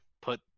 put